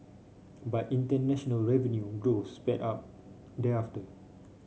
but international revenue growth sped up thereafter